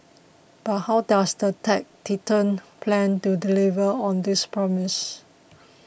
but how does the tech titan plan to deliver on this promise